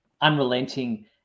unrelenting